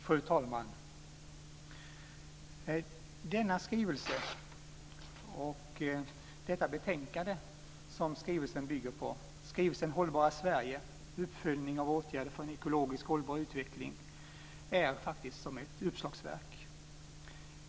Fru talman! Skrivelsen Hållbara Sverige - uppföljning av åtgärder för en ekologiskt hållbar utveckling och det betänkande där den behandlas är faktiskt som ett uppslagsverk.